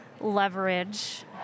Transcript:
leverage